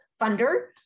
funder